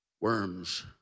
worms